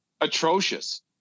atrocious